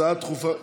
היא